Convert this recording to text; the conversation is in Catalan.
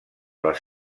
les